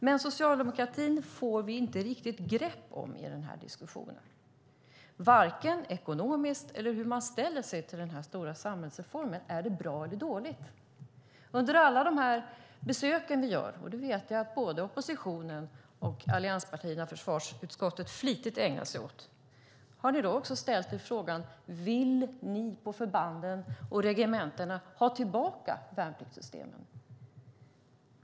Men i den här diskussionen får vi inte riktigt grepp om socialdemokratin vare sig ekonomiskt eller när det gäller hur man ställer sig till den här stora samhällsreformen, till om det hela är bra eller dåligt. Jag undrar om ni under alla besök - jag vet att både oppositionen och allianspartierna i försvarsutskottet flitigt ägnar sig åt sådana - också ställt er frågan om man på förbanden och regementena vill ha tillbaka värnpliktssystemet.